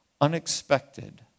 unexpected